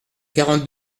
quarante